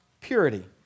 purity